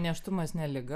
nėštumas ne liga